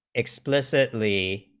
explicitly,